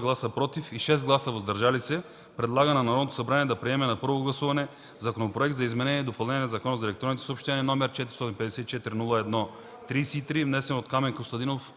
без „против” и 6 гласа „въздържали се” предлага на Народното събрание да приеме на първо гласуване Законопроект за изменение и допълнение на Закона за електронните съобщения № 454-01-33, внесен от Камен Костадинов